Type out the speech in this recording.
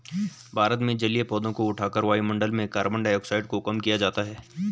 भारत में जलीय पौधों को उठाकर वायुमंडल में कार्बन डाइऑक्साइड को कम किया जाता है